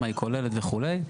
מה היא כוללת וכו'.